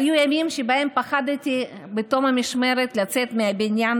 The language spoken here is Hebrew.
היו ימים שבהם פחדתי בתום המשמרת לצאת מהבניין,